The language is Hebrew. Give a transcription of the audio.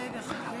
רגע, רגע, חכה.